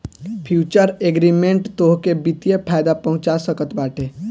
futures agreement तोहके वित्तीय फायदा पहुंचा सकत बाटे